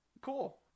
Cool